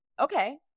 okay